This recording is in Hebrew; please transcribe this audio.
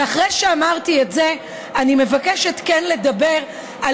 ואחרי שאמרתי את זה אני מבקשת לדבר על